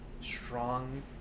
strong